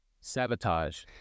sabotage